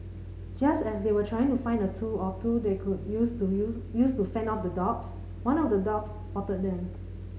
just as they were trying to find a tool or two they could use to use use to fend off the dogs one of the dogs spotted them